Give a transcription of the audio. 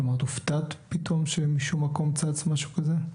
כלומר, את הופתעת פתאום שמשום מקום צץ משהו כזה?